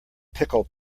pickle